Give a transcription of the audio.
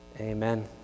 Amen